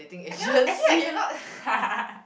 I cannot actually I cannot